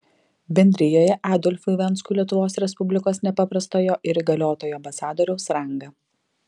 bendrijoje adolfui venskui lietuvos respublikos nepaprastojo ir įgaliotojo ambasadoriaus rangą